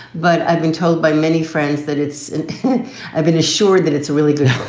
but i've been told by many friends that it's and i've been assured that it's a really good